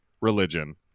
religion